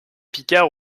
picard